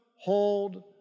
hold